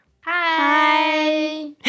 Hi